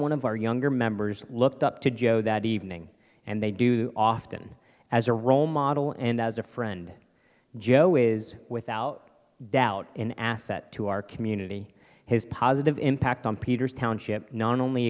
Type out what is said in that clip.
one of our younger members looked up to joe that evening and they do often as a role model and as a friend joe is without doubt an asset to our community his positive impact on peter's township non only